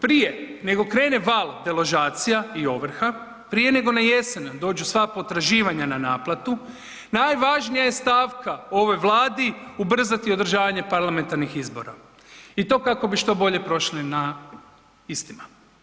Prije nego krene val deložacija i ovrha, prije nego na jesen dođu sva potraživanja na naplatu, najvažnija je stavka ovoj Vladi ubrzati održavanje parlamentarnih izbora i to kako bi što bolje prošli na istima.